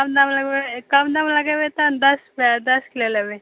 कम दाम लगेबै तऽ हम दश किलो लेबै